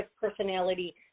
personality